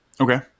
Okay